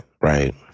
right